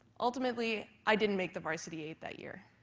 ultimately i didn't make the varsity eight that year,